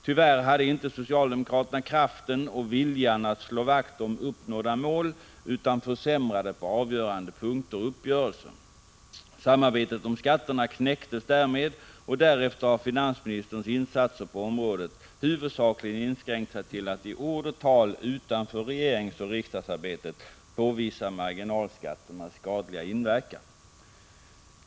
Tyvärr hade inte socialdemokraterna kraften och viljan att slå vakt om uppnådda mål utan försämrade på avgörande punkter uppgörelsen. Samarbetet om skatterna knäcktes därmed, och därefter har finansministerns insatser på området huvudsakligen inskränkt sig till att i ord och tal utanför regeringsoch riksdagsarbetet påvisa marginalskatternas skadliga inverkan.